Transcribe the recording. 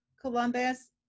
Columbus